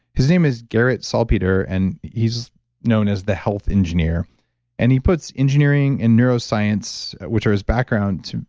his name is garrett salpeter, and he's known as the health engineer and he puts engineering in neuroscience, which are his backgrounds,